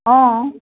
অঁ